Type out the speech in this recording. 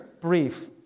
brief